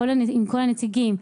עם כל הנציגים,